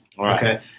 Okay